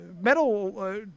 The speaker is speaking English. metal